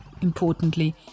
importantly